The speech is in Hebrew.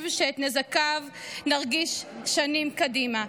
תקציב שאת נזקיו נרגיש שנים קדימה.